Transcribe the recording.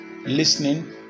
listening